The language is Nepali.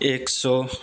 एक सौ